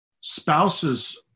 spouses